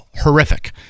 horrific